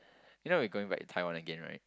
you know we're going back to Taiwan again right